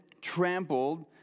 trampled